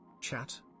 Chat